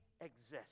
exist